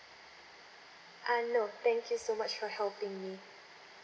uh no thank you so much for helping me